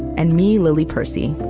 and me, lily percy.